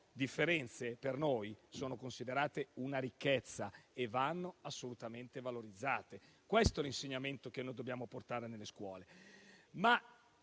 differenze per noi sono considerate una ricchezza e vanno assolutamente valorizzate: questo è l'insegnamento che dobbiamo portare nelle scuole.